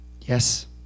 Yes